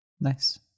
Nice